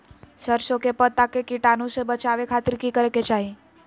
सरसों के पत्ता के कीटाणु से बचावे खातिर की करे के चाही?